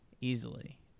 Easily